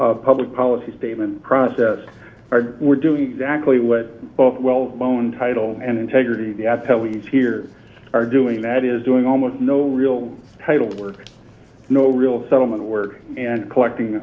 public policy statement process were doing exactly what both well known title and integrity as to how we use here are doing that is doing almost no real title work no real settlement work and collecting